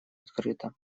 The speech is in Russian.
открыто